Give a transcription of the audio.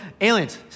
aliens